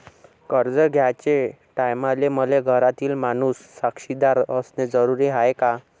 कर्ज घ्याचे टायमाले मले घरातील माणूस साक्षीदार असणे जरुरी हाय का?